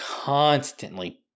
constantly